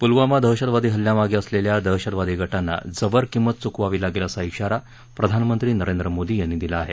प्लवामा दहशतवादी हल्ल्यामागे असलेल्या दहशतवादी गटांना जबर किमंत चुकवावी लागेल असा शिरा प्रधानमंत्री नरेंद्र मोदी यांनी दिला आहे